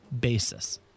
basis